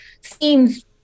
seems